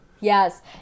Yes